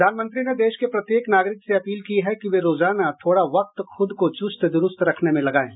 प्रधानमंत्री ने देश के प्रत्येक नागरिक से अपील की है कि वे रोजाना थोड़ा वक्त खुद को चुस्त दुरूस्त रखने में लगाएं